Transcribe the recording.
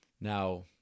Now